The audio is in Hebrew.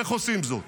איך עושים זאת?